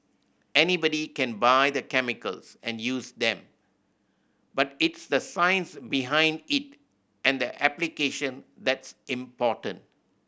anybody can buy the chemicals and use them but it's the science behind it and the application that's important